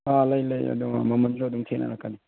ꯑꯥ ꯂꯩ ꯂꯩ ꯑꯗꯨ ꯃꯃꯟꯖꯁꯨ ꯑꯗꯨꯝ ꯈꯦꯅꯔꯛꯀꯅꯤ